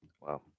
Wow